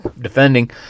defending